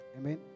Amen